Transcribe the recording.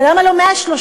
ולמה לא 130?